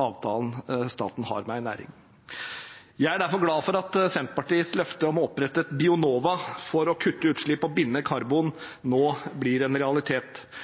avtalen staten har med en næring. Jeg er derfor glad for at Senterpartiets løfte om å opprette et Bionova for å kutte utslipp og binde karbon nå blir en realitet.